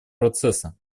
процесса